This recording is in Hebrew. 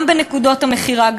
גם בנקודות המכירה,